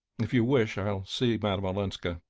if you wish, i'll see madame olenska,